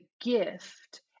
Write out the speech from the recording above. gift